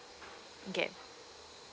okay